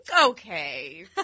okay